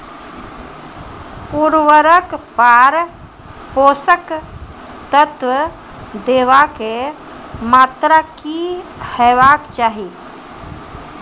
उर्वरक आर पोसक तत्व देवाक मात्राकी हेवाक चाही?